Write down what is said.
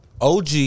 OG